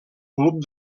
club